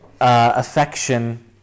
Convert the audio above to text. affection